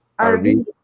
RV